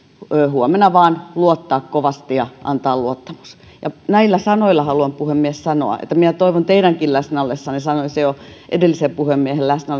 huomenna vain luottaa kovasti ja antaa luottamus näillä sanoilla haluan puhemies sanoa että minä toivon teidänkin läsnä ollessanne sanoin sen jo edellisen puhemiehen läsnä